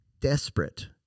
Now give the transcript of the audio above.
desperate